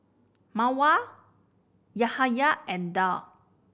Mawar Yahaya and Daud